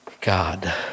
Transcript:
God